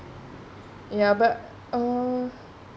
ya but uh